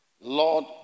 Lord